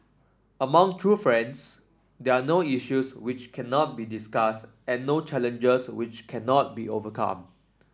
among true friends there are no issues which cannot be discussed and no challenges which cannot be overcome